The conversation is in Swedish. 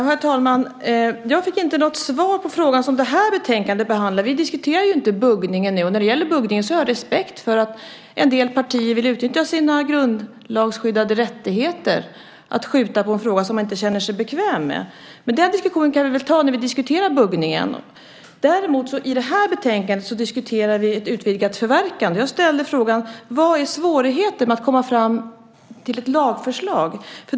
Herr talman! Jag fick inte något svar på den fråga som det här betänkandet behandlar. Vi diskuterar inte buggning nu. När det gäller buggning har jag respekt för att en del partier vill utnyttja sina grundlagsskyddade rättigheter att skjuta på en fråga som de inte känner sig bekväma med. Men den diskussionen kan vi ta när vi diskuterar buggning. I det här betänkande diskuterar vi ett utvidgat förverkande. Vad är svårigheten att komma fram till ett lagförslag?